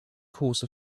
caused